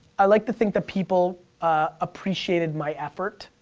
i'd like to think that people appreciated my effort,